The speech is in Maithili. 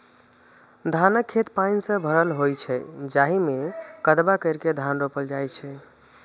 धानक खेत पानि सं भरल होइ छै, जाहि मे कदबा करि के धान रोपल जाइ छै